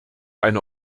eine